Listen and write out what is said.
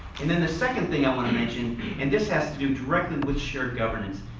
and then the second thing i want to mention and this has to do directly with shared governance,